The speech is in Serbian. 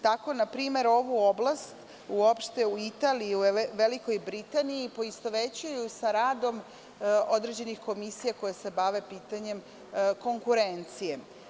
Tako, na primer, ovu oblast uopšte u Italiji i u Velikoj Britaniji poistovećuju sa radom određenih komisija koje se bave pitanjem konkurencije.